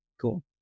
Cool